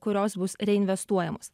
kurios bus reinvestuojamos